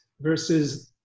versus